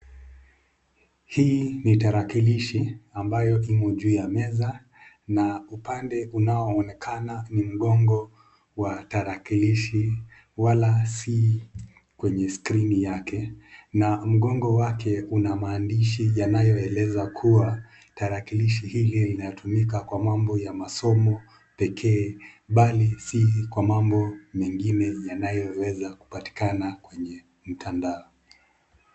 Hii ni tarakilishi uliyo juu ya meza, na upande unaonekana ni mgongo wa tarakilishi, wala sii kwenye skirini yake.na mgongo wake una maandishi inayoeleza kuwa tarakilishi hii inayotumika kwa mambo ya masomo pekee, bali sii kwa mambo mengine yanayo weza kupatikana kwenye mtandao.